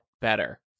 better